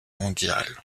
mondiales